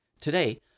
Today